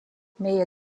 meie